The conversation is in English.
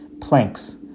planks